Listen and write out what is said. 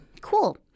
Cool